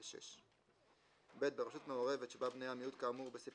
26. (ב)ברשות מעורבת שבה בני המיעוט כאמור בסעיף